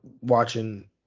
watching